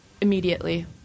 immediately